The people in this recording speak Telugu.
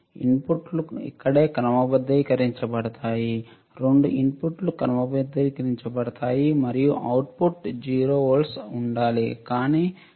ఇన్పుట్లు ఇక్కడే క్రమబద్ధీకరించబడతాయి రెండు ఇన్పుట్లు క్రమబద్ధీకరించబడతాయి మరియు అవుట్పుట్ 0 వోల్ట్లు ఉండాలి